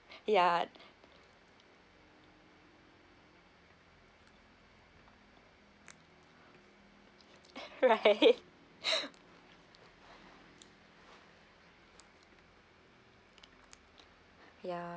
ya right ya